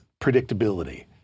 predictability